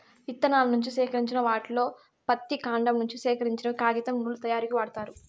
ఇత్తనాల నుంచి సేకరించిన వాటిలో పత్తి, కాండం నుంచి సేకరించినవి కాగితం, నూలు తయారీకు వాడతారు